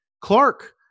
Clark